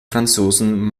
franzosen